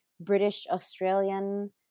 British-Australian